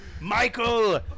Michael